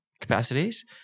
capacities